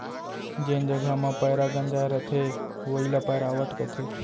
जेन जघा म पैंरा गंजाय रथे वोइ ल पैरावट कथें